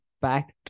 packed